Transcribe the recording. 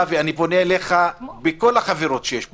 אבי, אני פונה אליך, בכל החברות שיש בינינו: